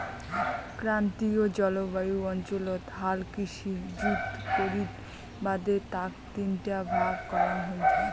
ক্রান্তীয় জলবায়ু অঞ্চলত হাল কৃষি জুত করির বাদে তাক তিনটা ভাগ করাং হই